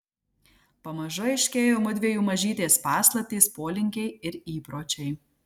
pamažu aiškėjo mudviejų mažytės paslaptys polinkiai ir įpročiai